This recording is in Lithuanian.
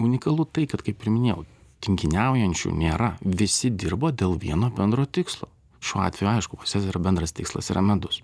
unikalu tai kad kaip ir minėjau tinginiaujančių nėra visi dirba dėl vieno bendro tikslo šiuo atveju aišku pas jas bendras tikslas yra medus